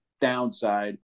downside